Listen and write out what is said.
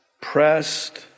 pressed